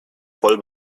voll